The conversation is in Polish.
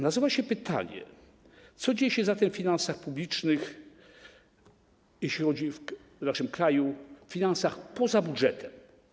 Nasuwa się pytanie, co dzieje się zatem w finansach publicznych w naszym kraju, w finansach poza budżetem.